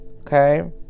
okay